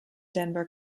denver